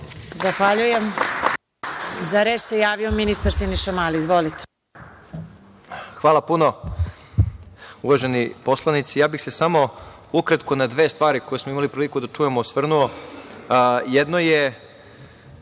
Zahvaljujem.Za reč se javio ministar Siniša Mali. Izvolite.